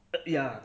ya